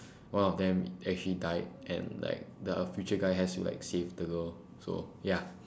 one of them actually died and like the future guy have to save the girl so ya